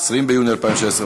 20 ביוני 2016,